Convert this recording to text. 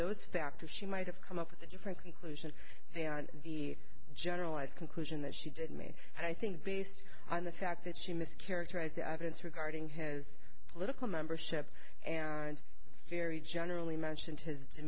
those factors she might have come up with a different conclusion than the generalized conclusion that she did me i think based on the fact that she missed characterize the evidence regarding has political membership and very generally mentioned his